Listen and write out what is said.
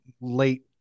late